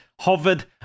Hovered